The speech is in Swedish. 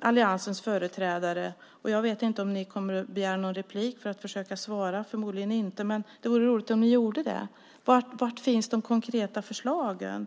alliansens företrädare. Jag vet inte om ni kommer att begära replik för att försöka svara. Det gör ni förmodligen inte, men det vore roligt om ni gjorde det. Var finns de konkreta förslagen?